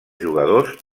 jugadors